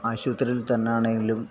ആശുപത്രിയിൽ തന്നാണെങ്കിലും